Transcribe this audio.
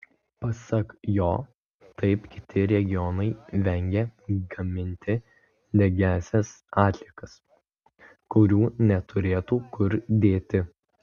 pasak jo taip kiti regionai vengia gaminti degiąsias atliekas kurių neturėtų kur dėti